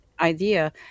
idea